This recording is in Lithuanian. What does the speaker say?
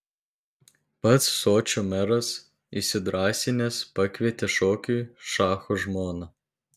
pats sočio meras įsidrąsinęs pakvietė šokiui šacho žmoną